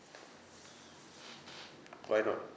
why not